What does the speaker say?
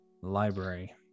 library